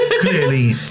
clearly